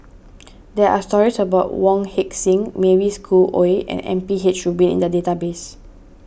there are stories about Wong Heck Sing Mavis Khoo Oei and M P H Rubin in the database